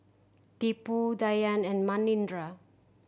Tipu Dhyan and Manindra